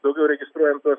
daugiau registruojam tuos